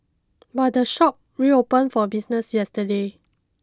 but the shop reopened for business yesterday